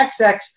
XX